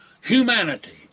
humanity